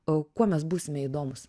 o kuo mes būsime įdomūs